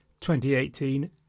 2018